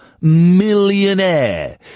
millionaire